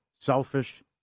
selfish